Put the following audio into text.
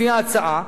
לפי ההצעה,